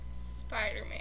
Spider-Man